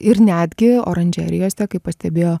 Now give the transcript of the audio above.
ir netgi oranžerijose kaip pastebėjo